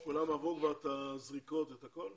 כולם עברו את הזריקות ואת הכול?